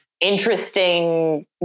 interesting